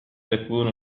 تكون